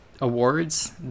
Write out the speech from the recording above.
Awards